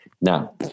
Now